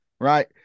right